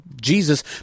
Jesus